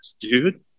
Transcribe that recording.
dude